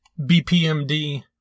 BPMD